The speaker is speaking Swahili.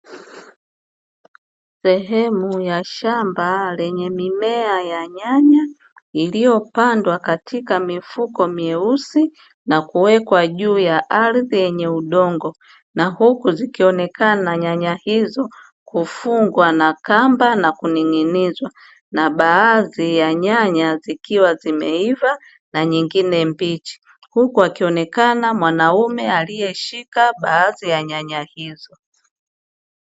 Sehemu ya shamba lenye mimea ya nyanya, iliyopandwa katika mifuko meusi na kuwekwa juu ya ardhi yenye udongo. Na huku zikionekana nyanya hizo kufungwa na kamba na kuning'inizwa, na baadhi ya nyanya zikiwa zimeiva na nyingine mbichi. Huku akionekana mwanaume alieshika baadhi ya nyanya hizo.